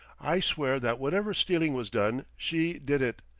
i swear that whatever stealing was done, she did it.